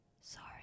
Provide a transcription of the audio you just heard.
Sorry